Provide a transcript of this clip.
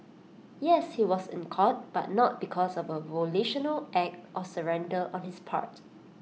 yes he was in court but not because of A volitional act of surrender on his part